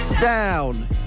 down